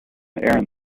aaron